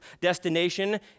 destination